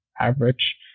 average